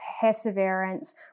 perseverance